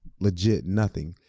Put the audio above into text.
legit, nothing.